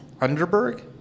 Underberg